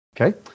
Okay